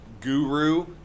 guru